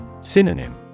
Synonym